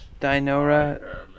Dinora